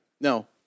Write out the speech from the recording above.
No